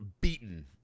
beaten